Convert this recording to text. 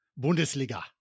Bundesliga